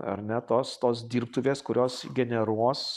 ar ne tos tos dirbtuvės kurios generuos